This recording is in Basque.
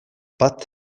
bat